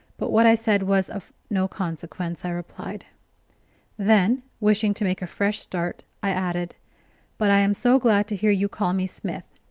but what i said was of no consequence, i replied then, wishing to make a fresh start, i added but i am so glad to hear you call me smith.